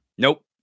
Nope